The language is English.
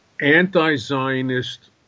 Anti-Zionist